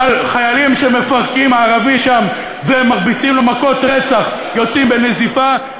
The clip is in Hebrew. אבל חיילים שמפרקים ערבי שם והם מרביצים לו מכות רצח יוצאים בנזיפה,